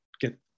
get